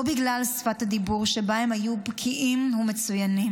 לא בגלל שפת הדיבור שבה הם היו בקיאים ומצוינים,